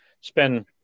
spend